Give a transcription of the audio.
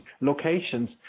locations